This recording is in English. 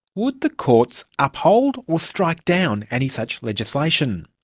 would the courts uphold or strike down any such legislation?